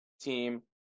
team